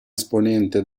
esponente